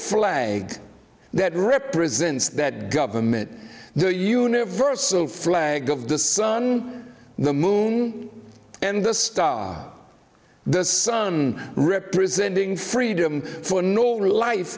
flag that represents that government the universal flag of the sun the moon and the star the sun representing freedom for no real life